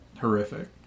horrific